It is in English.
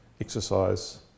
exercise